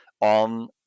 on